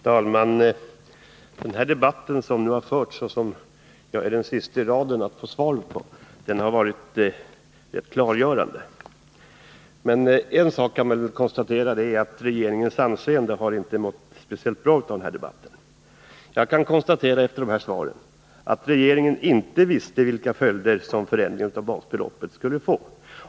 Herr talman! Den debatt som nu förts, där jag är den siste i raden att få svar, har varit rätt klargörande. En sak kan man väl konstatera: regeringens anseende har inte mått speciellt bra av den här debatten. Jag kan efter de här svaren konstatera att regeringen inte visste vilka följder en förändring av basbeloppet skulle få.